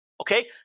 Okay